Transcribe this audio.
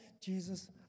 Jesus